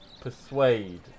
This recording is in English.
persuade